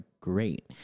great